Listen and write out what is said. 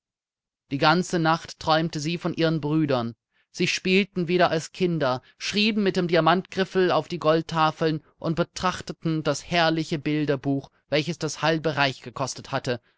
die ganze nacht träumte sie von ihren brüdern sie spielten wieder als kinder schrieben mit dem diamantgriffel auf die goldtafeln und betrachteten das herrliche bilderbuch welches das halbe reich gekostet hatte